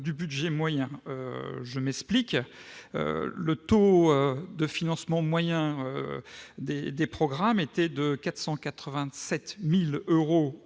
budget moyen. En effet, le taux de financement moyen des programmes, qui était de 487 000 euros